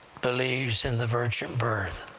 believes in the virgin birth,